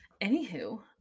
Anywho